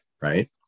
right